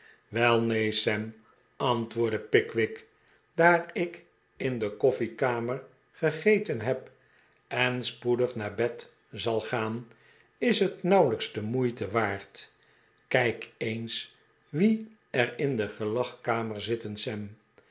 neen sam antwoordde pickwick daar ik in de koffiekamer gegeten heb en spoedig naar bed zal gaan is het nauwelijks de moeite waard kijk eens wie er in de gelagkamer zitten